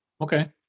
Okay